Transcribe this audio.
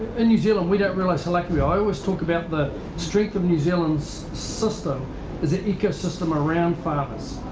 in new zealand we don't realise how select we are. i always talk about the strength of new zealand's system as an ecosystem around farmers.